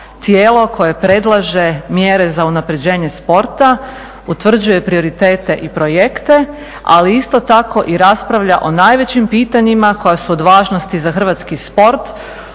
tijelo koje predlaže mjere za unapređenje sporta, utvrđuje prioritete i projekte, ali isto tako i raspravlja o najvećim pitanjima koja su od važnosti za hrvatski sport